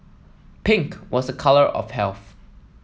pink was a colour of health